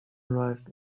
arrived